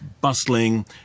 bustling